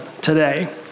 today